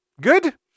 good